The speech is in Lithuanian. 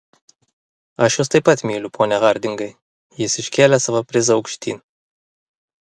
aš jus taip pat myliu pone hardingai jis iškėlė savo prizą aukštyn